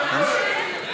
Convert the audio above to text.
התשע"ז 2017,